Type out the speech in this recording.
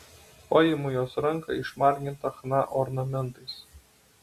paimu jos ranką išmargintą chna ornamentais